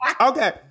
Okay